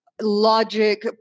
Logic